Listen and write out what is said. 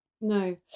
no